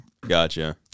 Gotcha